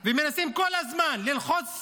מהקרקעות ומנסים כל הזמן ללחוץ